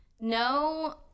no